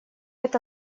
это